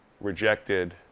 rejected